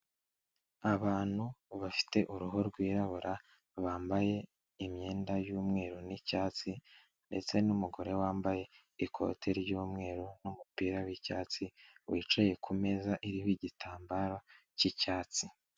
Abantu bafite uruhu rwirabura bambaye imyenda y'umweru n'icyatsi ndetse n'umugore wambaye ikote ry'umweru n'umupira w'icyatsi wicaye kumeza iriho igitambara cy'icyatsi.